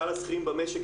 כלל השכירים במשק,